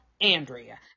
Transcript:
Andrea